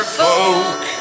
folk